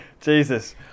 Jesus